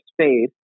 space